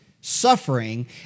suffering